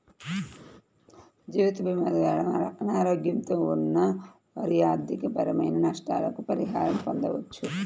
జీవితభీమా ద్వారా అనారోగ్యంతో ఉన్న వారి ఆర్థికపరమైన నష్టాలకు పరిహారం పొందవచ్చు